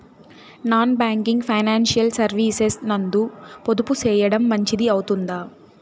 Non banking financial services నందు పొదుపు సేయడం మంచిది అవుతుందా?